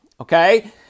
okay